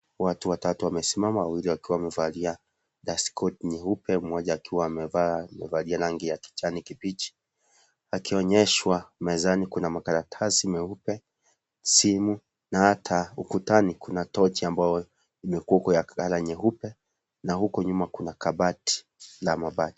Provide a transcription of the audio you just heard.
Watu watatu wamesimama wawili wakiwa wamevalia dustkoti nyeupe mmoja akiwa amevaa amevalia rangi ya kijani kibichi akionyeshwa mezani kuna makaratasi meupe simu na hata ukutani kuna tochi ambayo imegoogle ya colour nyeupe na huko nyuma kuna kabati la mabati.